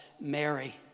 Mary